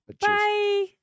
Bye